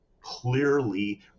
clearly